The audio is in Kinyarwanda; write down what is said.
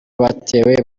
batewe